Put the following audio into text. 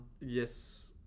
Yes